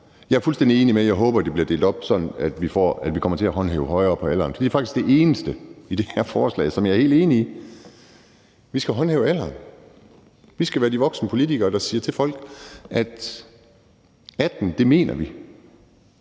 Jeg er fuldstændig enig, og jeg håber, at det bliver delt op, sådan at vi kommer til at håndhæve en højere aldersgrænse, for det er faktisk det eneste i det her forslag, som jeg er helt enig i. Vi skal håndhæve aldersgrænsen. Vi skal være de voksne politikere, der siger til folk, at 18 år mener vi,